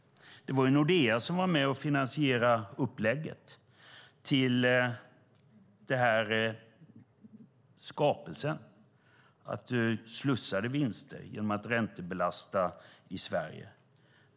Det var Nordea som var med och finansierade upplägget till skapelsen att slussa vinster genom att räntebelasta i Sverige.